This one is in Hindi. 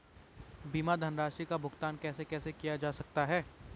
बीमा धनराशि का भुगतान कैसे कैसे किया जा सकता है?